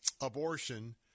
abortion